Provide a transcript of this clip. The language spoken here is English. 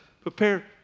prepare